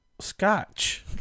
scotch